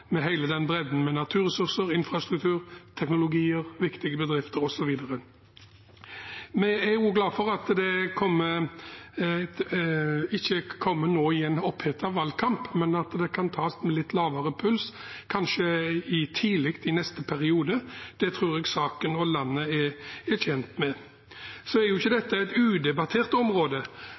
med hele bredden med naturressurser, infrastruktur, teknologier, viktige bedrifter osv. Vi er også glad for at det ikke kommer nå i en opphetet valgkamp, men at det kan tas med litt lavere puls, kanskje tidlig i neste periode. Det tror jeg saken og landet er tjent med. Dette er ikke et udebattert område.